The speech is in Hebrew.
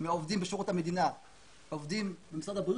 העובדים בשירות המדינה עובדים במשרד הבריאות